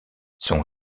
son